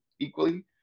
equally